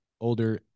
older